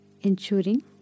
ensuring